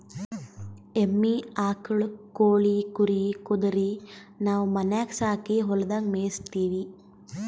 ಎಮ್ಮಿ ಆಕುಳ್ ಕೋಳಿ ಕುರಿ ಕುದರಿ ನಾವು ಮನ್ಯಾಗ್ ಸಾಕಿ ಹೊಲದಾಗ್ ಮೇಯಿಸತ್ತೀವಿ